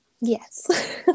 yes